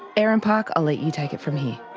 erin parke i'll let you take it from here.